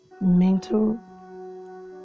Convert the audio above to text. mental